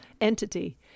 entity